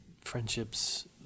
friendships